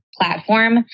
platform